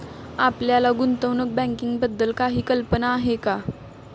आपल्याला गुंतवणूक बँकिंगबद्दल काही कल्पना आहे का?